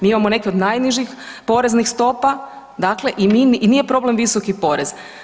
Mi imamo neke od najnižih poreznih stopa dakle i mi i nije problem visoki porez.